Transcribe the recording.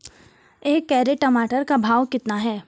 एक कैरेट टमाटर का भाव कितना है?